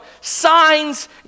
signs